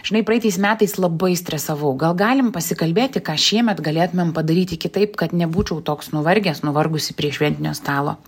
žinai praeitais metais labai stresavau gal galim pasikalbėti ką šiemet galėtumėm padaryti kitaip kad nebūčiau toks nuvargęs nuvargusi prie šventinio stalo